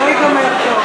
זה לא ייגמר טוב.